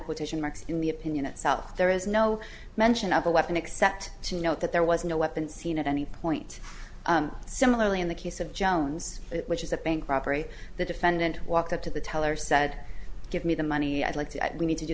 quotation marks in the opinion itself there is no mention of the weapon except to note that there was no weapon seen at any point similarly in the case of jones which is a bank robbery the defendant walked up to the teller said give me the money i'd like to we need to do